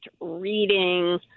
reading